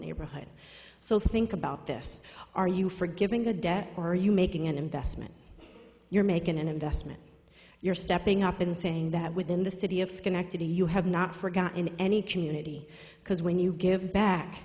neighborhood so think about this are you for giving good debt or are you making an investment you're making an investment you're stepping up in saying that within the city of schenectady you have not forgotten any community because when you give back